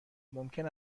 ممکن